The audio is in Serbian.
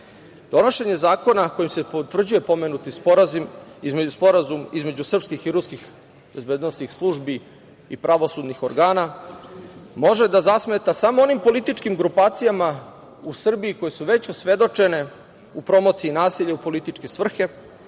UN.Donošenje zakona kojim se potvrđuje pomenuti sporazum između srpskih i ruskih bezbednosnih službi i pravosudnih organa može da zasmeta samo onim političkim grupacijama u Srbiji koje su već osvedočene u promociji nasilja u političke svrhe